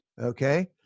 Okay